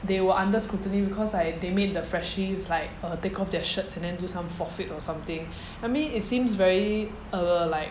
they were under scrutiny because like they made the freshies like err take off their shirts and then do some forfeit or something I mean it seems very err like